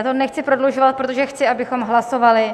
Nechci to prodlužovat, protože chci, abychom hlasovali.